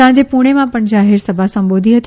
સાંજે પૂણેમાં પણ જાહેરસભા સંબોધી હતી